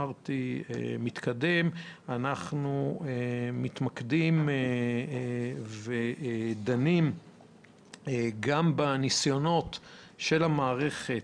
אנחנו מתמקדים ודנים גם בניסיונות של המערכת